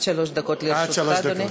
עד שלוש דקות לרשותך, אדוני.